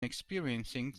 experiencing